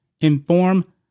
inform